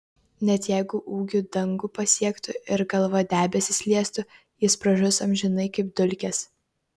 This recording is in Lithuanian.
net jeigu ūgiu dangų pasiektų ir galva debesis liestų jis pražus amžinai kaip dulkės